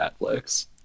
Netflix